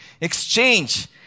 exchange